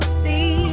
see